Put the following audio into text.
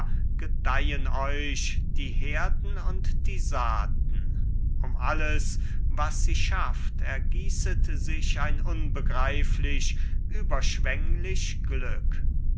gedeihen euch die herden und die saaten um alles was sie schafft ergießet sich ein unbegreiflich überschwenglich glück